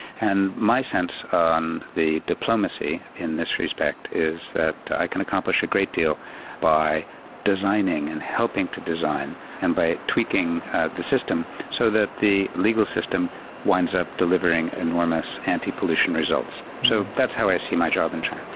and my sense on the diplomacy in this respect is that i can accomplish a great deal by designing and helping to design and by tweaking the system so that the legal system winds up delivering enormous antipollution results. so that's how i see my job in china.